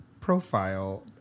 profile